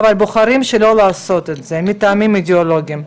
אבל בוחרים שלא לעשות את זה מטעמים אידאולוגיים.